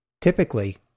Typically